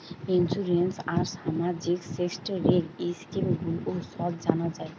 insurance আর সামাজিক সেক্টরের স্কিম গুলো সব জানা যায়